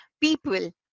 people